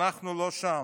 אנחנו לא שם,